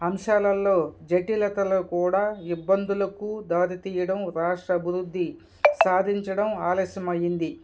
అంశాలలో జటిలతలు కూడా ఇబ్బందులకు దారి తీయడం రాష్ట్ర అభివృద్ధి సాధించడం ఆలస్యమయ్యింది